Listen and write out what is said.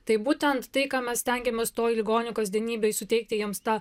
tai būtent tai ką mes stengiamės toj ligonių kasdienybėj suteikti jiems tą